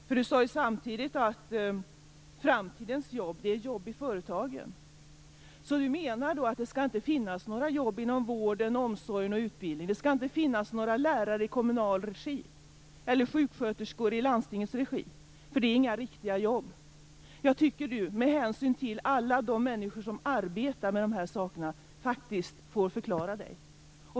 Kent Olsson sade samtidigt att framtidens jobb är jobb i företagen. Så Kent Olsson menar att det inte skall finnas några jobb inom vården, omsorgen och utbildningen. Det skall inte finnas några lärare i kommunal regi eller sjuksköterskor i landstingets regi, för det är inga riktiga jobb. Jag tycker, med hänsyn till alla de människor som arbetar med de här sakerna, att Kent Olsson faktiskt får förklara sig.